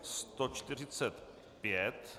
145.